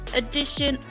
edition